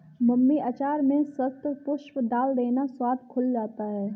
mummy अचार में शतपुष्प डाल देना, स्वाद खुल जाता है